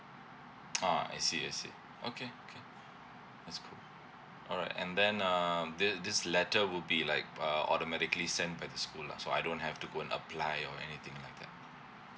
oh I see I see okay okay that's cool all right and then uh thi~ this letter would be like uh automatically sent by to school lah so I don't have to go and apply or anything like that